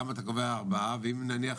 למה אתה קובע ארבעה מיליארד?